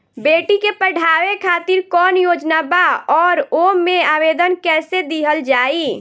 बेटी के पढ़ावें खातिर कौन योजना बा और ओ मे आवेदन कैसे दिहल जायी?